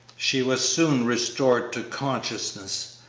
she was soon restored to consciousness,